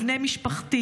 בני משפחתי